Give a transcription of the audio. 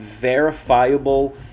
verifiable